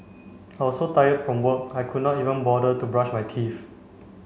I was so tired from work I could not even bother to brush my teeth